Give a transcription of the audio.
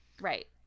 Right